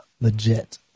legit